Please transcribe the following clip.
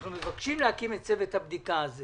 אנחנו מבקשים להקים את צוות הבדיקה הזה